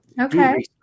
Okay